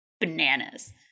bananas